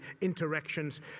interactions